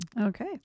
Okay